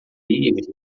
livre